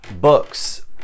books